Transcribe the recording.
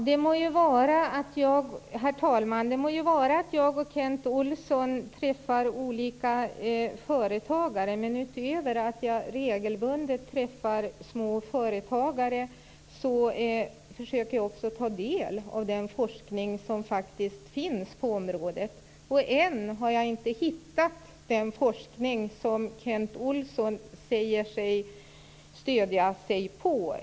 Herr talman! Det må vara att jag och Kent Olsson träffar olika företagare. Men utöver att jag regelbundet träffar småföretagare försöker jag ta del av den forskning som finns på området. Ännu har jag inte hittat den forskning som Kent Olsson säger sig stödja sig på.